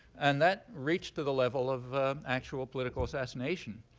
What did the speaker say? and that reached to the level of actual political assassination.